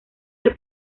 del